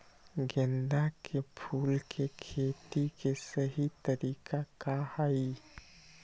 गेंदा के फूल के खेती के सही तरीका का हाई?